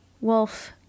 wolf